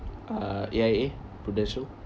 uh A_I_A Prudential